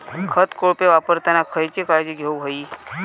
खत कोळपे वापरताना खयची काळजी घेऊक व्हयी?